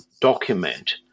document